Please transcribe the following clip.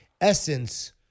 essence